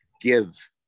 give